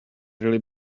really